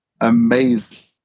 amazing